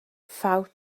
ffawt